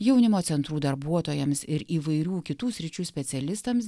jaunimo centrų darbuotojams ir įvairių kitų sričių specialistams